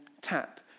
tap